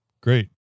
Great